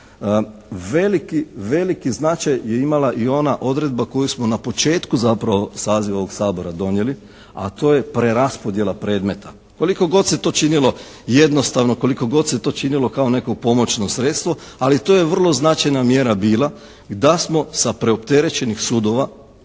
Veliki značaj je imala i ona odredba koju smo na početku zapravo saziva ovog Sabora donijeli, a to je preraspodjela predmeta. Koliko god se to činilo jednostavno, koliko god se to činilo kao neko pomoćno sredstvo, ali to je vrlo značajna mjera bila da smo sa preopterećenih sudova